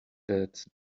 that